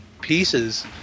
pieces